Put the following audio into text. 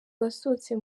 wasohotse